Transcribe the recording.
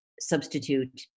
substitute